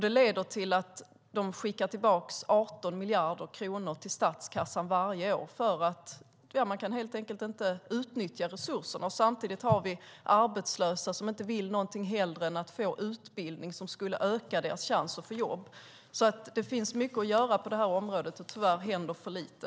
Det leder till att de skickar tillbaka 18 miljarder kronor till statskassan varje år eftersom man inte kan utnyttja resurserna, och samtidigt finns det arbetslösa som inget hellre vill än att få en utbildning som skulle öka deras chans att få jobb. Det finns mycket att göra på det här området, och tyvärr händer för lite.